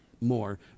more